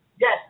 Yes